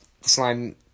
slime